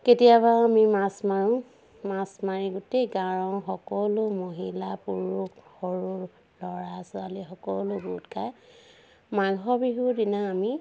কেতিয়াবা আমি মাছ মাৰোঁ মাছ মাৰি গোটেই গাঁৱৰ সকলো মহিলা পুৰুষ সৰু ল'ৰা ছোৱালী সকলো গোট খাই মাঘৰ বিহুৰ দিনা আমি